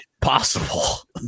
possible